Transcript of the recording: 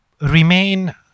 remain